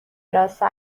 حراست